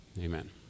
Amen